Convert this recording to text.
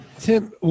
Tim